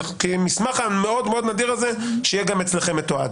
שהמסמך המאוד מאוד נדיר הזה יהיה מתועד גם אצלכם.